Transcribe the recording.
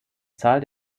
zahl